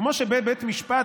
כמו שבבית משפט,